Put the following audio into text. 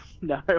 No